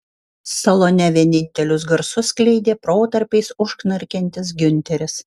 salone vienintelius garsus skleidė protarpiais užknarkiantis giunteris